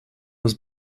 was